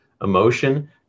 emotion